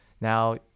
Now